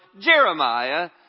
Jeremiah